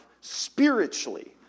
spiritually